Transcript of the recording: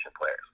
players